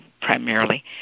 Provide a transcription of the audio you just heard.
primarily